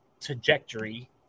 trajectory